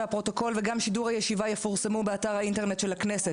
והפרוטוקול וגם שידור הישיבה יפורסמו באתר האינטרנט של הכנסת.